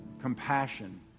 compassion